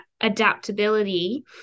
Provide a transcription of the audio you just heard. adaptability